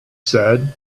said